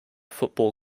football